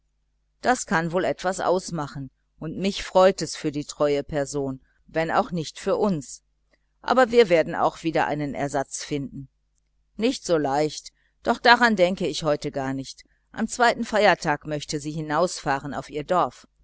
das kann wohl etwas ausmachen und mich freut es für die treue person wenn auch nicht für uns aber wir werden auch wieder einen ersatz finden nicht so leicht doch daran denke ich heute gar nicht am zweiten feiertag möchte sie hinausfahren auf ihr dorf